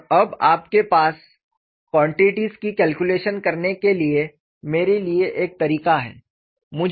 और अब आपके पास क्वांटिटीइज की कैलकुलेशन करने के लिए मेरे लिए एक तरीक़ा है